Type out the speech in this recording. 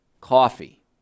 coffee